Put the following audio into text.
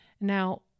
Now